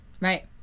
right